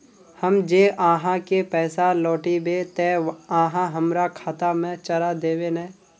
हम जे आहाँ के पैसा लौटैबे ते आहाँ हमरा खाता में चढ़ा देबे नय?